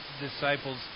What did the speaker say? disciples